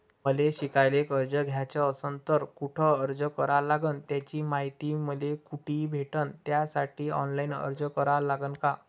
मले शिकायले कर्ज घ्याच असन तर कुठ अर्ज करा लागन त्याची मायती मले कुठी भेटन त्यासाठी ऑनलाईन अर्ज करा लागन का?